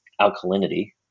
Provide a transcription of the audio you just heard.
alkalinity